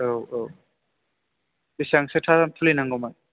औ औ बेसेबांसोथा फुलि नांगौमोन